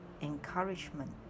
encouragement